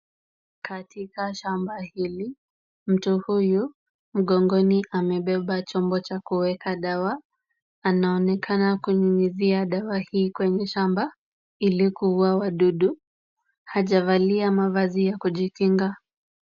Katika shamba hili, mtu huyu, mgongoni amebeba chombo cha kuweka dawa. Anaonekana kunyunyizia dawa hii kwenye shamba ili kuua wadudu. Hajavalia mavazi ya kujikinga.